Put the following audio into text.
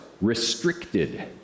restricted